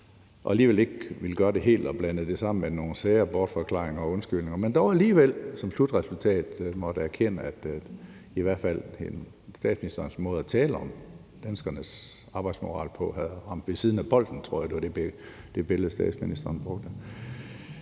og alligevel ikke ville gøre det helt og blandede det sammen været nogle sære bortforklaringer og undskyldninger, men dog alligevel som slutresultat måtte erkende, at i hvert fald statsministerens måde at tale om danskernes arbejdsmoral på ramte ved siden af bolden – jeg tror, det var det billede, statsministeren brugte